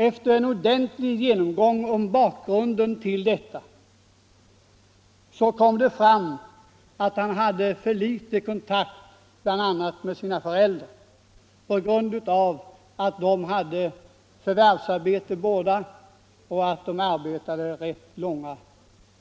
Vid en ordentlig genomgång av pojkens bakgrund kom det fram att han hade alltför liten kontakt med sina föräldrar på grund av att båda förvärvsarbetade rätt